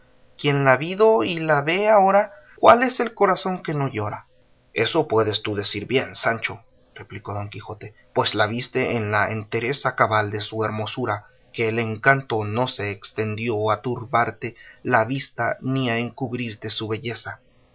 quien la vido y la vee ahora cuál es el corazón que no llora eso puedes tú decir bien sancho replicó don quijote pues la viste en la entereza cabal de su hermosura que el encanto no se estendió a turbarte la vista ni a encubrirte su belleza